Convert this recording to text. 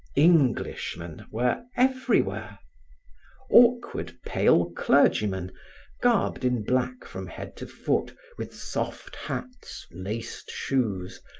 englishmen were everywhere awkward pale clergymen garbed in black from head to foot, with soft hats, laced shoes,